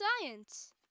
science